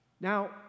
Now